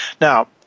Now